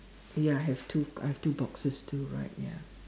ya I have two I have two boxes too right ya